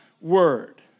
word